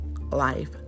life